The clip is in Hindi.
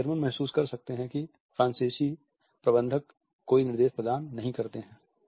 जबकि जर्मन महसूस कर सकते हैं कि फ्रांसीसी प्रबंधक कोई निर्देश प्रदान नहीं करते हैं